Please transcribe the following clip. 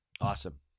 Awesome